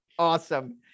awesome